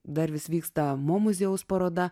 dar vis vyksta mo muziejaus paroda